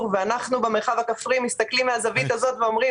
ואנחנו במרחב הכפרי מסתכלים מהזווית הזאת ואומרים